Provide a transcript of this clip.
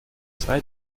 zwei